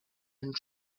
and